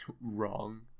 wrong